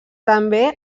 també